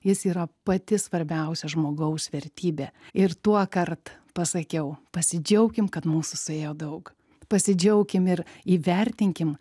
jis yra pati svarbiausia žmogaus vertybė ir tuokart pasakiau pasidžiaukim kad mūsų suėjo daug pasidžiaukim ir įvertinkim